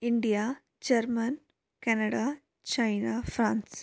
India German Canada China France